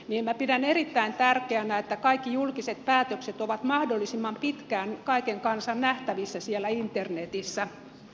minä pidän erittäin tärkeänä että kaikki julkiset päätökset ovat mahdollisimman pitkään kaiken kansan nähtävissä siellä internetissä